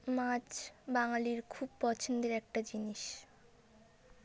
মাছ বাঙালির খুব পছন্দের একটা জিনিস